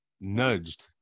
nudged